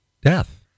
Death